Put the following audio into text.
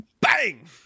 bang